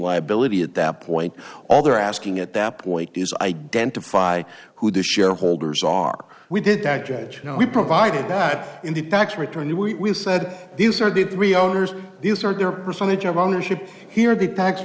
liability at that point all they're asking at that point is identify who the shareholders are we did that judge and we provided that in the tax return and we said these are the three owners these are their percentage of ownership here the tax